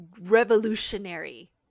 revolutionary